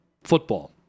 football